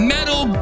Metal